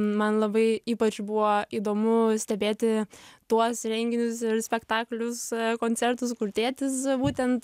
man labai ypač buvo įdomu stebėti tuos renginius spektaklius koncertus kur tėtis būtent